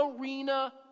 arena